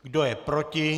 Kdo je proti?